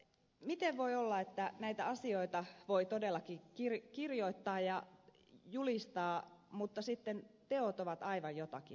miten voi olla että näistä asioita voi todellakin kirjoittaa ja niitä julistaa mutta sitten teot ovat aivan jotakin muuta